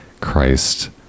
Christ